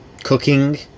Cooking